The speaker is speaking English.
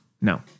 No